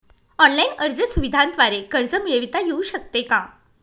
Online अर्ज सुविधांद्वारे कर्ज मिळविता येऊ शकते का?